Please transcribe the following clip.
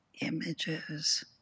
images